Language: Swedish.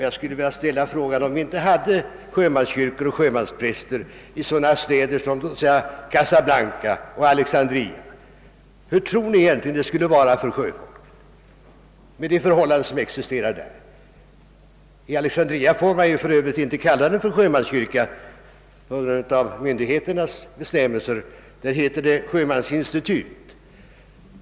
Jag skulle vilja fråga: Om vi inte hade sjömanskyrkor och sjömanspräster i sådana städer som Casablanca och Alexandria, hur skulle det egentligen vara för sjöfolket med de förhållanden som existerar där? I Alexandria får man för övrigt inte kalla det för sjömanskyrka på grund av myndigheternas bestämmelser. Där heter det sjömansinstitut.